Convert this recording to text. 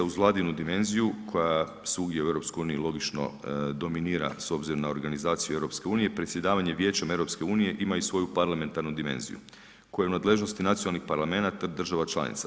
Uz Vladinu dimenziju koja svugdje u EU logično dominira s obzirom na organizaciju EU, predsjedavanje Vijećem EU ima i svoju parlamentarnu dimenziju koja je u nadležnosti nacionalnih parlamenata država članica.